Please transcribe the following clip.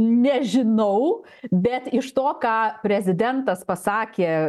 nežinau bet iš to ką prezidentas pasakė